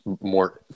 more